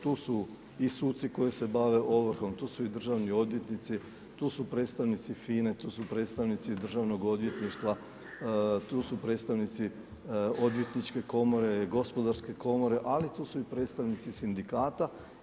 Tu su i suci koji se bave ovrhom, tu su i državni odvjetnici, tu su predstavnici FINA-e, tu su predstavnici Državnog odvjetništva, tu su predstavnici Odvjetničke komore, Gospodarske komore, ali tu su i predstavnici sindikata.